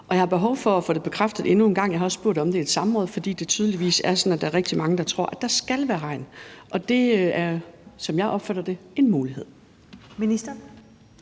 Jeg har behov for at få det bekræftet endnu en gang. Jeg har også spurgt om det i et samråd, fordi det tydeligvis er sådan, at der er rigtig mange, der tror, at der skal være et hegn. Det er, som jeg opfatter det, en mulighed.